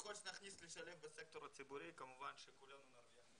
וככל שנכניס ונשלב בסקטור הציבורי כמובן שכולנו נרוויח.